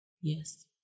Yes